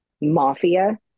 mafia